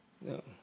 No